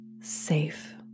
safe